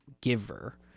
giver